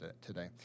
today